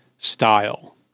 style